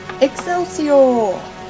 Excelsior